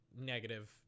negative